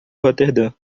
roterdã